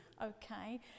Okay